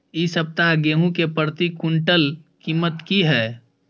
इ सप्ताह गेहूं के प्रति क्विंटल कीमत की हय?